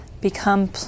become